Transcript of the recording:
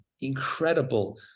incredible